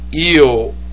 ill